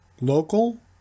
local